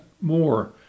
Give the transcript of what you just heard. more